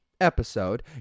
episode